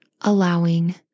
allowing